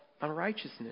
unrighteousness